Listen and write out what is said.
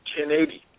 1080